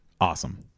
Awesome